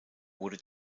wurde